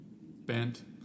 bent